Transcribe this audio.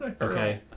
Okay